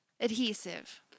adhesive